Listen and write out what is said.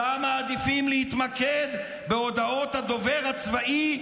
שם מעדיפים להתמקד בהודעות הדובר הצבאי,